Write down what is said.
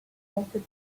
devoted